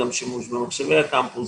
גם את השימוש במחשבי הקמפוס,